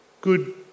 Good